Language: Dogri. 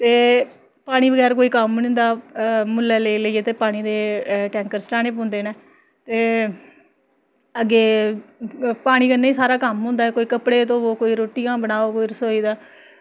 ते पानी बगैर कोई कम्म निं होंदा मु'ल्लें लेई लेइयै ते पानी दे टैंकर सटानें पौंदे न ते अग्गें पानी कन्नै ई सारा कम्म होंदा ऐ कोई कपड़े धोवो कोई रुट्टियां बनाओ कोई रसोई दा